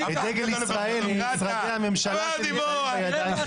את דגל ישראל ממשרדי הממשלה שבינתיים בידיים שלכם.